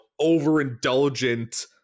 overindulgent